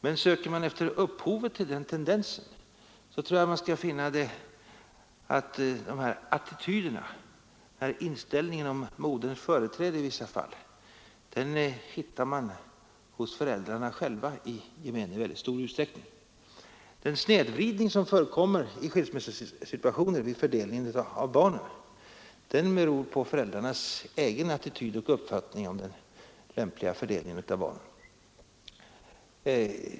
Men söker man efter upphovet till den tendensen tror jag man skall konstatera att dessa attityder, inställningen om moderns företräde i vissa fall, återfinns hos föräldrarna själva i väldigt stor utsträckning. Den snedvridning som förekommer vid skilsmässosituationer när det gäller fördelningen av barnen beror på föräldrarnas egen attityd och uppfattning om den lämpligaste fördelningen av barnen.